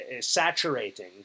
saturating